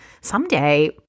someday